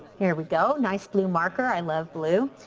here we go nice blue marker, i love blue.